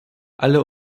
alle